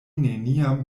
neniam